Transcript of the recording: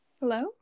hello